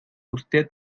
usted